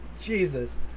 Jesus